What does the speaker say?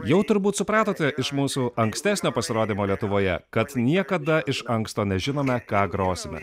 jau turbūt supratote iš mūsų ankstesnio pasirodymo lietuvoje kad niekada iš anksto nežinome ką grosime